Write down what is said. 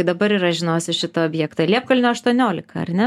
dabar ir aš žinosiu šitą objektą liepkalnio aštuoniolika ar ne